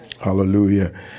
Hallelujah